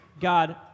God